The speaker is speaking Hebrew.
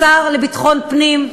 לשר לביטחון פנים,